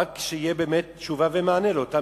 רק שתהיה תשובה, מענה למתפללים.